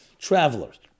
Travelers